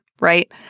right